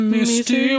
Misty